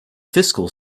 fiscal